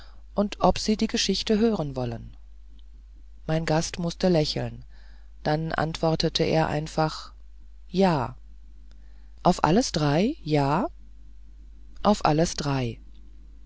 und ob sie die geschichte hören wollen mein gast mußte lächeln dann antwortete er einfach ja auf alles drei ja auf alles drei